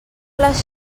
les